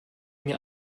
mir